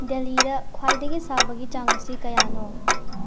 ꯗꯦꯜꯂꯤꯗ ꯈ꯭ꯋꯥꯏꯗꯒꯤ ꯁꯥꯕꯒꯤ ꯆꯥꯡ ꯑꯁꯤ ꯀꯌꯥꯅꯣ